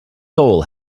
soul